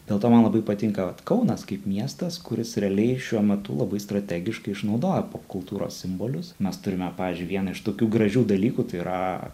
dėl to man labai patinka vat kaunas kaip miestas kuris realiai šiuo metu labai strategiškai išnaudoja popkultūros simbolius mes turime pavyzdžiui vieną iš tokių gražių dalykų tai yra